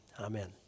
Amen